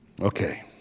Okay